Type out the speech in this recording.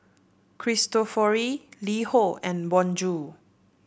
Cristofori LiHo and Bonjour